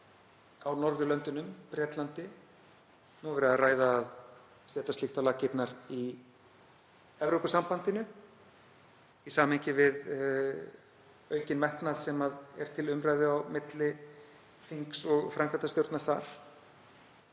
á Norðurlöndunum og Bretlandi. Nú er verið að ræða að setja slíkt á laggirnar í Evrópusambandinu í samhengi við aukinn metnað sem er til umræðu á milli þings og framkvæmdastjórnar þar.